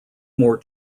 more